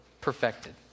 perfected